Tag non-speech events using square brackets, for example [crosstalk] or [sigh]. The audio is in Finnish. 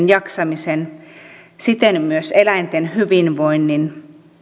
[unintelligible] jaksamisen siten myös eläinten hyvinvoinnin